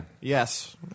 Yes